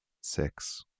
six